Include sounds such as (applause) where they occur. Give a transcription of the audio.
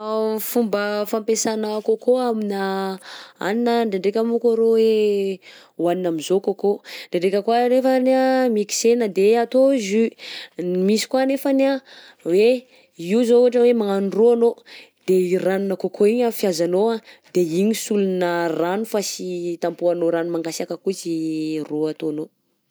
(hesitation) Fomba fampiasana coco aminà hanina ndraindraika monko arô he hohanina am'izao coco, ndraindraika koa anefany anh mixena de atao jus, misy koa anefany anh hoe io zao ohatra hoe magnano ro anao de i ranonà coco igny fihazanao anh de igny solonà rano fa sy tapohanao rano managasiaka koa sy ro ataonao.